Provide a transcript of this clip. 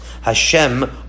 Hashem